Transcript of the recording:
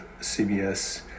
CBS